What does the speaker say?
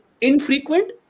infrequent